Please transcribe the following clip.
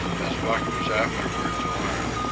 as buck was afterward to learn,